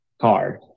card